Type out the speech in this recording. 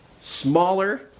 smaller